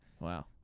Wow